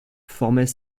formait